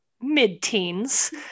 mid-teens